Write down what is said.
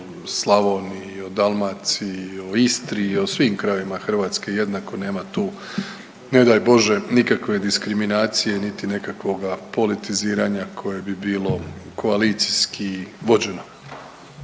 Slavoniji, i o Dalmaciji, i o Istri i o svim krajevima Hrvatske jednako. Nema tu ne daj Bože nikakve diskriminacije, niti nekakvoga politiziranja koje bi bilo koalicijski vođeno.